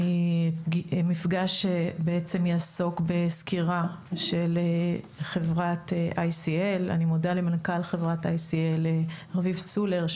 המפגש בעצם יעסוק בסקירה של חברת ICL. אני מודה למנכ"ל חברת ICL רביב צולר,